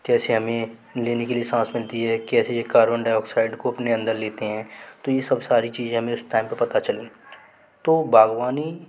कैसे हमें लेने के लिए सांस मिलती है कैसे ये कार्बनडाइऔक्साइड को अपने अंदर लेते हैं तो ये सब सारी चीज़ें हमें उस टाइम पर पता चली तो बाग़बानी